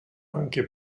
anche